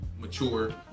mature